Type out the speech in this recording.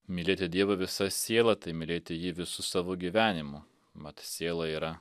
mylėti dievą visa siela tai mylėti jį visu savo gyvenimu mat siela yra